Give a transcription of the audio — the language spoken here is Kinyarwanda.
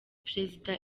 perezida